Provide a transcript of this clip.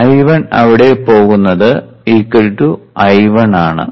I1 അവിടെ പോകുന്നത് I1 ആണ്